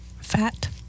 fat